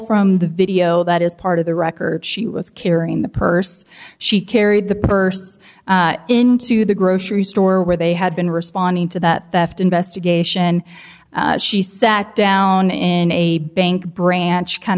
from the video that is part of the record she was carrying the purse she carried the purse into the grocery store where they had been responding to that theft investigation she sat down in a bank branch kind